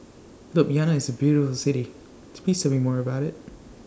Ljubljana IS A very beautiful City Please Tell Me More about IT